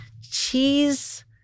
cheese